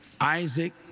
Isaac